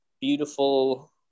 beautiful